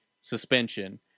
suspension